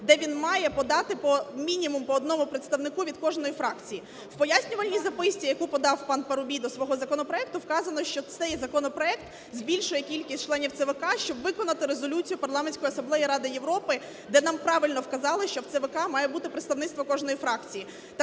де він має подати по мінімуму по одному представнику від кожної фракції. В пояснювальній записці, яку подав пан Парубій до свого законопроекту, вказано, що цей законопроект збільшує кількість членів ЦВК, щоб виконати резолюцію Парламентської асамблеї Ради Європи, де нам правильно вказали, що в ЦВК має бути представництво кожної фракції.